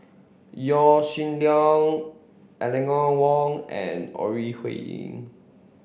Yaw Shin Leong Eleanor Wong and Ore Huiying